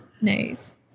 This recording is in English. Nice